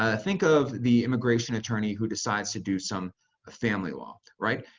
ah think of the immigration attorney who decides to do some family law, right?